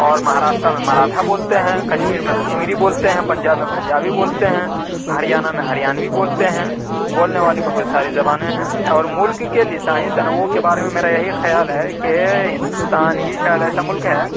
اور مہاراشٹرا میں مراٹھا بولتے ہیں کشمیر میں کشمیری بولتے ہیں پنجاب میں پنجابی بولتے ہیں ہریانہ میں ہریانوی بولتے ہیں بولنے والی بہت ساری زبانیں ہیں اور ملک کے لسانی تنوع کے بارے میں میرا یہی خیال ہے کہ ہندوستان ہی شاید ایسا ملک ہے